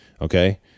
Okay